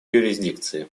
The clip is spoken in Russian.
юрисдикции